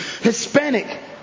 Hispanic